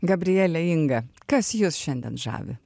gabriele inga kas jus šiandien žavi